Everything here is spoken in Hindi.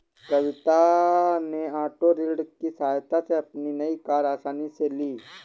कविता ने ओटो ऋण की सहायता से अपनी नई कार आसानी से ली